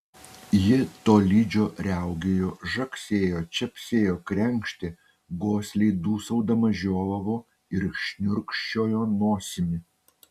ji tolydžio riaugėjo žagsėjo čepsėjo krenkštė gosliai dūsaudama žiovavo ir šniurkščiojo nosimi